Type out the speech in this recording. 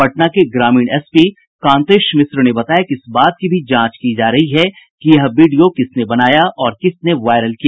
पटना के ग्रामीण एसपी कांतेश मिश्र ने बताया कि इस बात की भी जांच की जा रही है कि यह वीडियो किसने बनाया और किसने वायरल किया